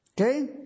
Okay